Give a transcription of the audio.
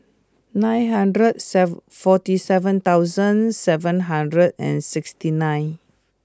nine hundred serve forty seven seven hundred and sixty nine